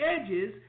edges